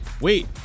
Wait